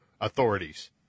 authorities